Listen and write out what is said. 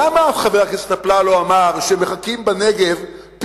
למה חבר הכנסת אפללו אמר שבנגב מחכים